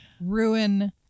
ruin